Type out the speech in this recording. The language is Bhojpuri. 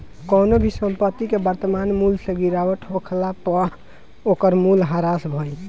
कवनो भी संपत्ति के वर्तमान मूल्य से गिरावट होखला पअ ओकर मूल्य ह्रास भइल